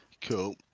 Cool